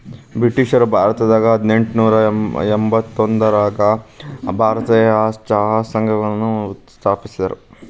ಬ್ರಿಟಿಷ್ರು ಭಾರತದಾಗ ಹದಿನೆಂಟನೂರ ಎಂಬತ್ತೊಂದರಾಗ ಭಾರತೇಯ ಚಹಾ ಸಂಘವನ್ನ ಸ್ಥಾಪಿಸಿದ್ರು